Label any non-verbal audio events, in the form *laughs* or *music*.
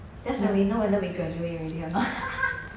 that's when we know whether we graduate already or not *laughs*